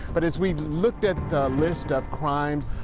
but as we looked at the list of crimes,